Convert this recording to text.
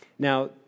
Now